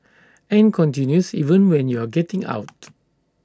and continues even when you're getting out